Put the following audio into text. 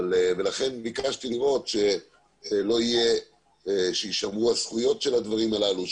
לכן ביקשתי לראות שיישמרו הזכויות של הדברים הללו,